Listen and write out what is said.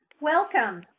Welcome